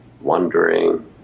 wondering